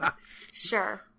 Sure